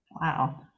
Wow